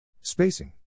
Spacing